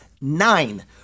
nine